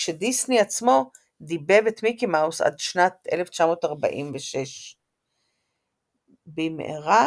כשדיסני עצמו דיבב את מיקי מאוס עד שנת 1946. במהרה